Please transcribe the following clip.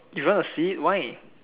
if you want a seat why